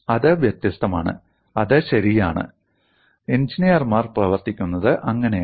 അത് വ്യത്യസ്തമാണ് അത് ശരിയാണ് എഞ്ചിനീയർമാർ പ്രവർത്തിക്കുന്നത് അങ്ങനെയാണ്